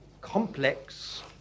complex